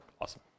awesome